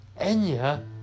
Enya